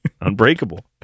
Unbreakable